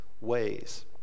ways